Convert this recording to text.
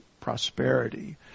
prosperity